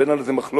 ואין על זה מחלוקת,